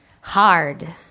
Hard